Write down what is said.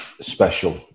special